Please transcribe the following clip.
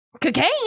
cocaine